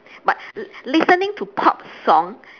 but li~ listening to pop song